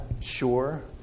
sure